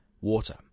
Water